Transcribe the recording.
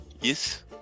Yes